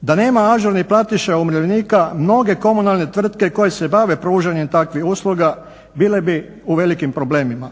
Da nema ažurnih platiša umirovljenika mnoge komunalne tvrtke koje se bave pružanjem takvih usluga bile bi u velikim problemima.